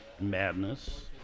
madness